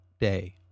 day